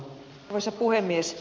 arvoisa puhemies